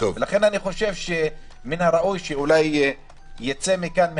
לכן אני חושב שמן הראוי שאולי ייצא מכאן,